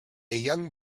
young